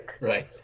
Right